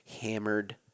hammered